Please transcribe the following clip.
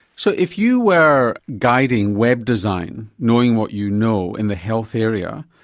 so if you were guiding web design knowing what you know in the health area,